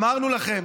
אמרנו לכם.